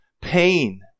pain